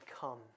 come